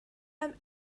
and